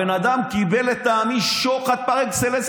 הבן אדם קיבל לטעמי שוחד פר-אקסלנס.